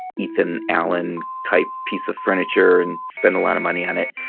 ethan allen type piece of furniture and spend a lot of money on it.